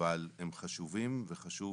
אבל הם חשובים וחשוב